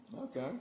Okay